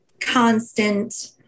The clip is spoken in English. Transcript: constant